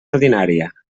ordinària